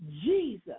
Jesus